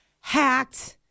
hacked